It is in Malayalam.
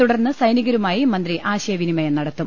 തുടർന്ന് സൈനികരുമായി മന്ത്രി ആശയവിനിമയം നടത്തും